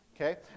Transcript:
Okay